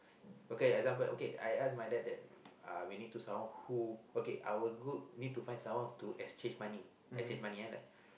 okay example okay I ask my dad that uh we need to sound someone who okay I will go need to find someone to exchange money exchange money ah like